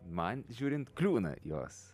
man žiūrint kliūna jos